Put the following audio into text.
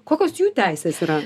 kokios jų teisės yra